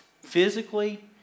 physically